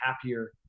happier